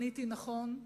עניתי: נכון,